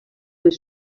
les